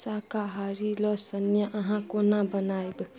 शाकाहारी लौसन्य अहाँ कोना बनाएब